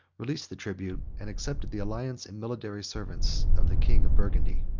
released the tribute, and accepted the alliance, and military service, of the king of burgundy.